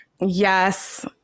Yes